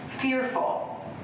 fearful